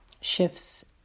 shifts